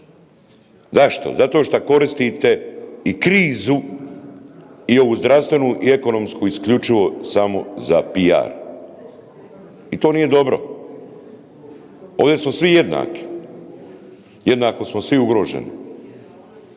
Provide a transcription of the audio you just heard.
Zašto? Zato šta koristite i krizu i ovu zdravstveni i ekonomsku isključivo samo za PR i to nije dobro, ovdje su svi jednaki, jednako smo svi ugroženi.